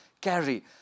carry